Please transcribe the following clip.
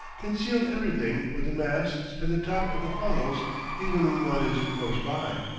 conceal everything but the masts and the top of the funnels even when one is close by.